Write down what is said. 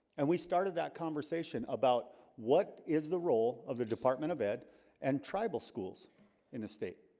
and we started that conversation about what is the role of the department of ed and? tribal schools in the state